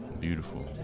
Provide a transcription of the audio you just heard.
beautiful